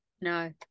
No